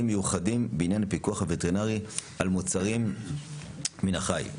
מיוחדים בעניין הפיקוח הווטרינרי על מוצרים מן החי.